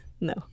No